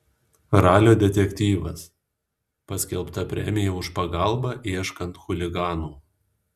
ralio detektyvas paskelbta premija už pagalbą ieškant chuliganų